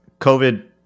COVID